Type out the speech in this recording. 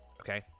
okay